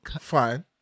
fine